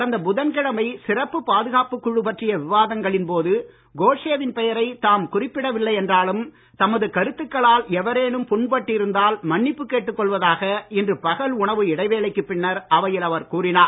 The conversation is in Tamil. கடந்த புதன்கிழமை சிறப்பு பாதுகாப்புக் குழு பற்றிய விவாதங்களின் போது கோட்சேவின் பெயரை தாம் குறிப்பிடவில்லை என்றாலும் தமது கருத்துக்களால் எவரேனும் புண்பட்டிருந்தால் மன்னிப்பு கேட்டுக் கொள்வதாக இன்று பகல் உணவு இடைவேளைக்கு பின்னர் அவையில் அவர் கூறினார்